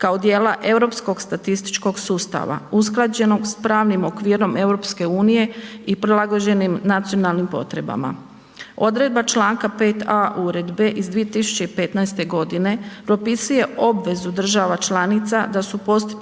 kao dijela europskog statističkog sustava usklađenog s pravnim okvirom EU i prilagođenim nacionalnim potrebama. Odredba čl. 5.a Uredbe iz 2015. godine propisuje obvezu država članica da su postupci